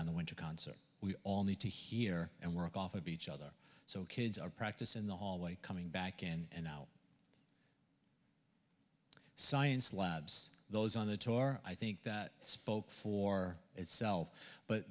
on the winter concert we all need to hear and work off of each other so kids are practice in the hallway coming back in and science labs those on the tour i think that spoke for itself but